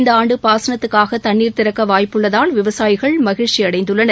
இந்த ஆண்டு பாசனத்துக்காக தண்ணீர் திறக்க வாய்ப்புள்ளதால் விவசாயிகள் மகிழ்ச்சியடைந்துள்ளனர்